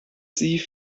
sie